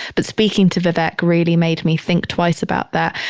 but speaking to vivek really made me think twice about that,